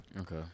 Okay